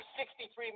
63